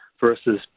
versus